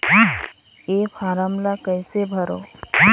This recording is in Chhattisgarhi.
ये फारम ला कइसे भरो?